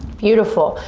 beautiful,